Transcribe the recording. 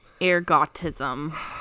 Ergotism